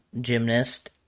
gymnast